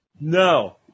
No